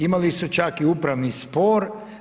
Imali su čak i upravni spor.